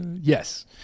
yes